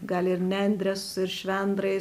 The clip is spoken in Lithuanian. gali ir nendrės ir švendrai